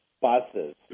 buses